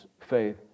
faith